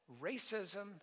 racism